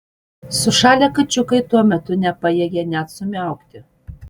sušalę kačiukai tuo metu nepajėgė net sumiaukti